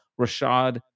Rashad